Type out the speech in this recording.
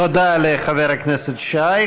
תודה לחבר הכנסת שי.